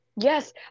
Yes